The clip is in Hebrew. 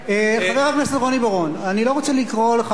אני לא רוצה לקרוא אותך קריאה ראשונה בפעם הראשונה.